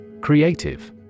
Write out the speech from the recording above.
Creative